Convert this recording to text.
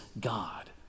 God